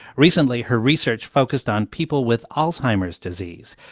recently, her research focused on people with alzheimer's disease.